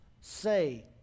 say